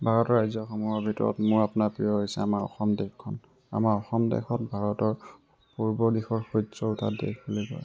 ভাৰতৰ ৰাজ্যসমূহৰ ভিতৰত মোৰ আপোনাৰ প্ৰিয় হৈছে অসম দেশখন আমাৰ অসম দেশত ভাৰতৰ পূৰ্বদেশৰ সূৰ্য্য উঠা দেশ বুলি কয়